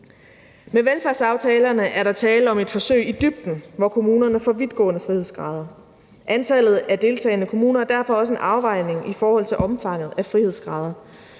Med velfærdsaftalerne er der tale om et forsøg i dybden, hvor kommunerne får vidtgående frihedsgrader. Antallet af deltagende kommuner er derfor også en afvejning i forhold til omfanget af frihedsgrader.